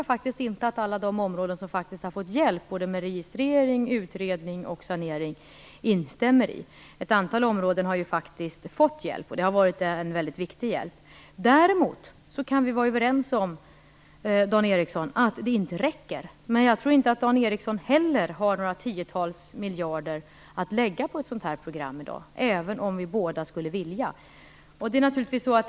Det tror jag inte att alla de områden som faktiskt har fått hjälp med både registrering, utredning och sanering instämmer i. Ett antal områden har fått hjälp, och det har varit en väldigt viktig hjälp. Däremot kan vi vara överens om att det inte räcker. Men jag tror inte att Dan Ericsson heller har några tiotals miljarder kronor att lägga på ett sådant program i dag, även om vi båda skulle vilja det.